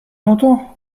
longtemps